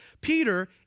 Peter